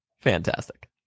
Fantastic